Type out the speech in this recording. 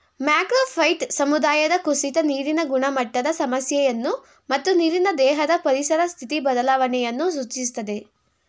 macrophyte ಸಮುದಾಯದ ಕುಸಿತ ನೀರಿನ ಗುಣಮಟ್ಟದ ಸಮಸ್ಯೆಯನ್ನು ಮತ್ತು ನೀರಿನ ದೇಹದ ಪರಿಸರ ಸ್ಥಿತಿ ಬದಲಾವಣೆಯನ್ನು ಸೂಚಿಸ್ತದೆ